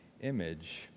image